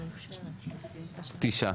תשעה.